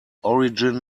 origin